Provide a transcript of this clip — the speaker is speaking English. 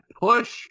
push